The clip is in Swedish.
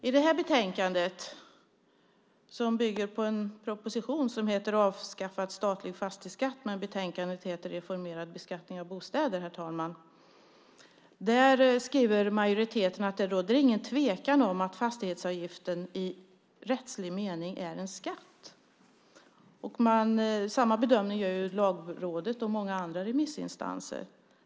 I detta betänkande, Reformerad beskattning av bostäder , som bygger på propositionen Avskaffad statlig fastighetsskatt , skriver majoriteten "att det inte råder någon tvekan om att fastighetsavgiften i rättslig mening är en skatt". Samma bedömning gör Lagrådet och många andra remissinstanser.